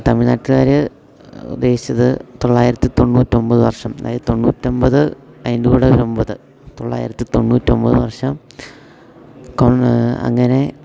തമിഴ്നാട്ട്കാർ ഉദ്ദേശിച്ചത് തൊള്ളായിരത്തി തൊണ്ണൂറ്റി ഒൻപത് വർഷം അതായത് തൊണ്ണൂറ്റി ഒൻപത് അതിൻ്റെ കൂടെ ഒരു ഒൻപത് തൊള്ളായിരത്തി തൊണ്ണൂറ്റി ഒൻപത് വർഷം അങ്ങനെ